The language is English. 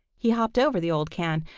he hopped over the old can,